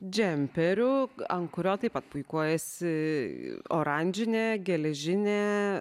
džemperiu ant kurio taip pat puikuojasi oranžinė geležinė